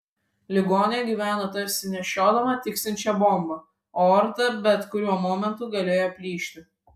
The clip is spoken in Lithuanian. ligonė gyveno tarsi nešiodama tiksinčią bombą aorta bet kuriuo momentu galėjo plyšti